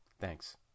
Thanks